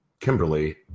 Kimberly